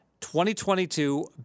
2022